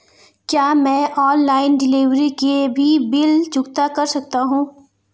क्या मैं online delivery के भी बिल चुकता कर सकता हूँ?